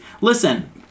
Listen